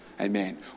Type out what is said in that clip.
Amen